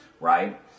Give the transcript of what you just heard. Right